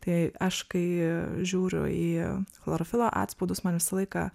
tai aš kai žiūriu į chlorofilo atspaudus man visą laiką